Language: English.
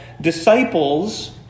disciples